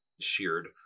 sheared